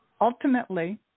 ultimately